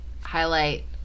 highlight